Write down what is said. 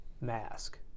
mask